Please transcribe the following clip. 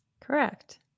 Correct